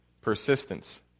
persistence